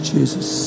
Jesus